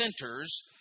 centers